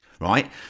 right